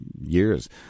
years